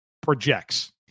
projects